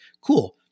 Cool